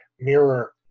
mirror